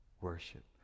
worship